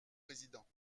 président